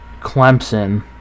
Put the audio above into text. Clemson